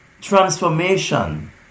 transformation